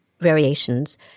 variations –